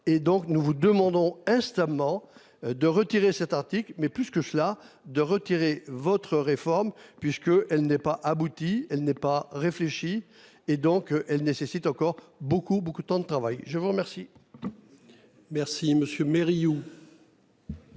nous vous demandons instamment. De retirer cet article mais plus que cela de retirer votre réforme puisque elle n'est pas abouti. Elle n'est pas réfléchi et donc elle nécessite encore beaucoup beaucoup de temps de travail. Je vous remercie.